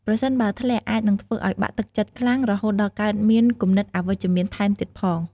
ប្រសិនបើ ធ្លាក់អាចនឹងធ្វើឲ្យបាក់ទឹកចិត្តខ្លាំង រហូតដល់កើតមានគំនិតអវិជ្ជមានថែមទៀតផង។